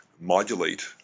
modulate